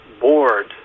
board